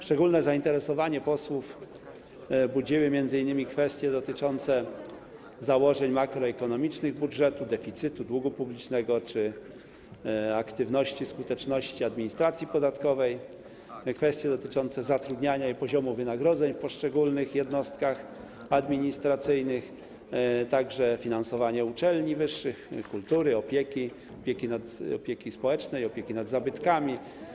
Szczególne zainteresowanie posłów budziły m.in. kwestie dotyczące założeń makroekonomicznych budżetu, deficytu, długu publicznego czy skuteczności administracji podatkowej, kwestie dotyczące zatrudniania i poziomu wynagrodzeń w poszczególnych jednostkach administracyjnych, także finansowania uczelni wyższych, kultury, opieki społecznej, opieki nad zabytkami.